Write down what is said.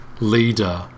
leader